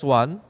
one